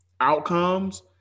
outcomes